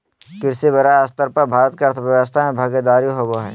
कृषि बड़ स्तर पर भारत के अर्थव्यवस्था में भागीदारी होबो हइ